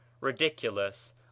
Ridiculous